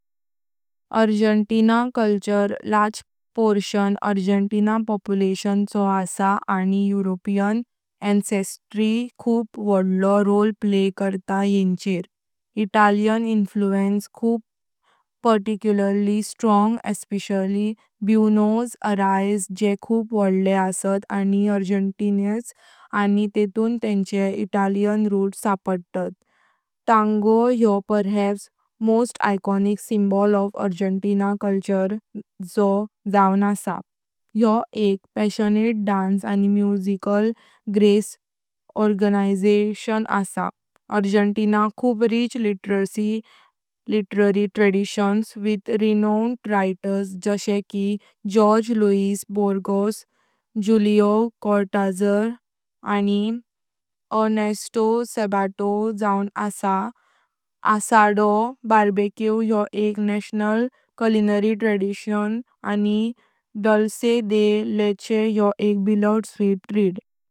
आर्जेण्टिन सांस्कृतिक प्रभाव आमका फावलो लागया भागा आर्जेण्टिन लोकसंख्येसारको युरोपीयन मूलसंख्येस सांवट आसा, खूप वडलो रोल प्ले करता येवकरी। इटालियन प्रभाव खूप जास्त आसा, विशेषतया ब्यूनस आयरेसार, जें खूप वडलें आसा यांनी आर्जेण्टिन लोकांनी त्यांचे इटालियन निंगातला संबंध पावलटात। तांगो यो कथेतर आर्जेण्टिन कळचर चो सगळ्यांत प्रसिद्ध चिन्ह आसा। यो एक पॅशनस डांस आणि संगीत प्रकाराचा उगम आसा। आर्जेण्टिनाचो खूप श्रीमंत साहित्यिक परंपरा, जागें प्रसिद्ध लेखक जाशे की जॉर्ज बोर्जस, जूलियो, आणि एर्नेस्टो सबातो आसा। असाडो बार्बेक्यू यो एक राष्ट्रीय व्यंजन परंपरा आसा, आणि दुल्से दे लेचे यो एक प्रिय स्वादिष्ट गोड तयारणी आसा।